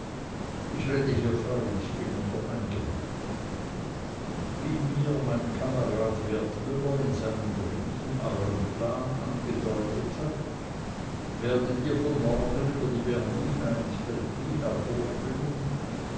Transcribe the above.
ich rede hier frei ich bin unter eingeweihten wie mir mein kamerad wertmüller in seinen briefen euern plan angedeutet hat werdet ihr von norden über die bernina ins veltlin vordringen